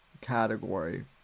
category